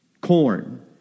corn